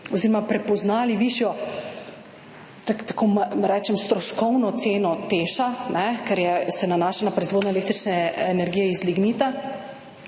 oziroma prepoznali višjo, tako rečem, stroškovno ceno TEŠ, ne, ker je, se nanaša na proizvodnjo električne energije iz lignita.